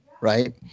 right